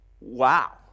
wow